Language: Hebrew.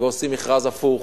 ועושים מכרז הפוך,